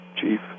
chief